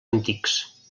antics